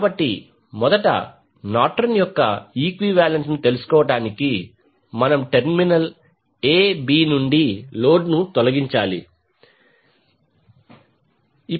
కాబట్టి మొదట నార్టన్ యొక్క ఈక్వివాలెంట్ ను తెలుసుకోవడానికి మనం టెర్మినల్ a b నుండి లోడ్ను తొలగించాలి b